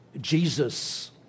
Jesus